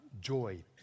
joy